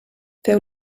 feu